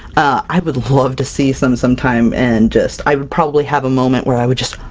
i would love to see some sometime, and just i would probably have a moment where i would just